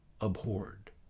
abhorred